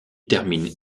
termine